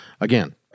Again